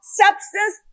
substance